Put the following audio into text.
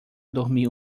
dormir